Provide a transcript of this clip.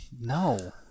No